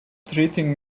treating